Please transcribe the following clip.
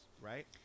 Right